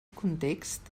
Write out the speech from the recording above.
context